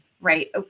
Right